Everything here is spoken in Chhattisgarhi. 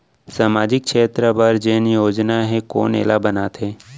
सामाजिक क्षेत्र बर जेन योजना हे कोन एला बनाथे?